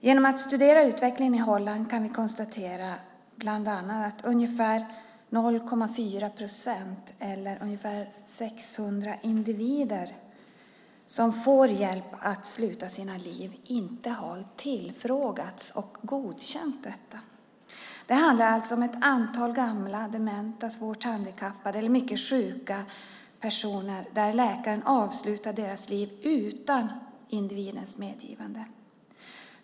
Genom att studera utvecklingen i Holland kan vi konstatera bland annat att ungefär 0,4 procent eller ungefär 600 individer som fått hjälp att avsluta sina liv inte har tillfrågats och godkänt detta. Det handlar om ett antal gamla, dementa, svårt handikappade eller mycket sjuka personer. Läkaren avslutade deras liv utan individens medgivande.